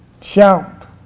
Shout